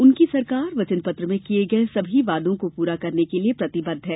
उनकी सरकार वचन पत्र में किये गये सभी वादों को पूरा करने के लिये प्रतिबद्ध है